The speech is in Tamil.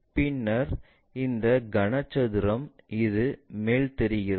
பின்னர் இந்த கன சதுரம் இது போல் தெரிகிறது